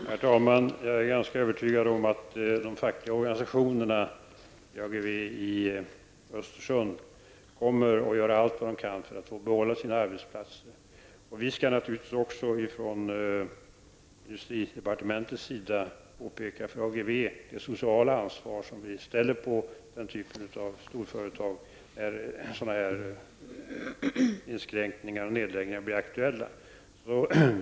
Herr talman! Jag är ganska övertygad om att de fackliga organisationerna i Ageve i Östersund kommer att göra allt vad de kan för att få behålla sina arbetsplatser. Från industridepartementets sida skall vi naturligtvis också påpeka för Ageve vilket socialt ansvar som vi förväntar oss av den typen av storföretag när sådana inskränkningar och nedläggningar blir aktuella.